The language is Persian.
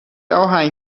آهنگ